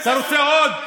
אתה רוצה עוד?